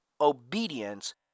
obedience